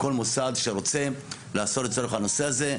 כל מוסד שרוצה לעשות לצורך הנושא הזה,